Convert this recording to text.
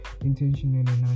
intentionally